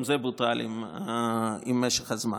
גם זה בוטל במשך הזמן.